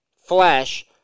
Flash